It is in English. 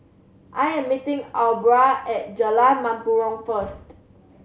I am meeting Aubra at Jalan Mempurong first